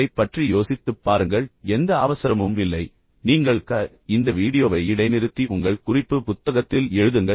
இதைப் பற்றி யோசித்துப் பாருங்கள் எந்த அவசரமும் இல்லை நீங்கள் க இந்த வீடியோவை இடைநிறுத்தி உங்கள் குறிப்பு புத்தகத்தில் எழுதுங்கள்